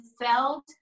felt